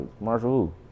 Marshall